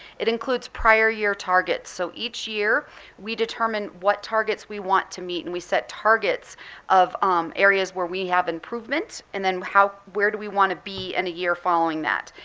it includes prior year targets. so each year we determine what targets we want to meet and we set targets of um areas where we have improvement and then, where do we want to be in a year following that?